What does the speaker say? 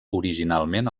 originalment